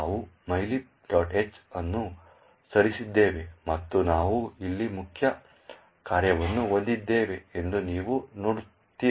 h ಅನ್ನು ಸೇರಿಸಿದ್ದೇವೆ ಮತ್ತು ನಾವು ಇಲ್ಲಿ ಮುಖ್ಯ ಕಾರ್ಯವನ್ನು ಹೊಂದಿದ್ದೇವೆ ಎಂದು ನೀವು ನೋಡುತ್ತೀರಿ